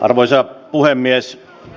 arvoisa puhemies